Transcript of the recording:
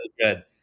good